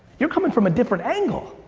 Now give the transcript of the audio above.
you're coming from a different angle.